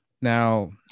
Now